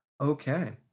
Okay